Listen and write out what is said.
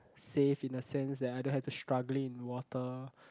safe in the sense that I don't have to struggling in water